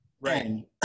Right